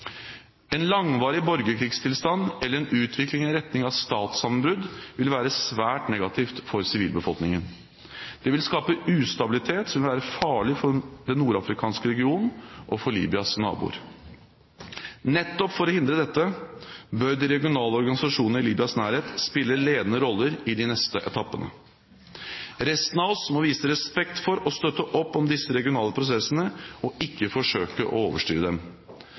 En langvarig borgerkrigstilstand eller en utvikling i retning av statssammenbrudd vil være svært negativt for sivilbefolkningen. Det vil skape ustabilitet, som vil være farlig for den nordafrikanske regionen og for Libyas naboer. Nettopp for å hindre dette bør de regionale organisasjonene i Libyas nærhet spille ledende roller i de neste etappene. Resten av oss må vise respekt for og støtte opp om disse regionale prosessene og ikke forsøke å overstyre dem.